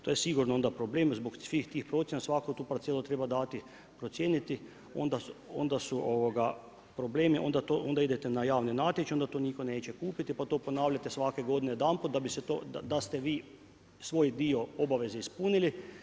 To je sigurno onda problem zbog svih tih procjena svaku tu parcelu treba dati procijeniti onda su problemi, onda idete na javne natječaje, onda to niko neće kupiti pa to ponavljate svake godine jedanput da ste vi svoj dio obaveza ispunili.